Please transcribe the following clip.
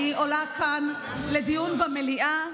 אני עולה כאן לדיון במליאה.